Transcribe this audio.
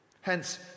Hence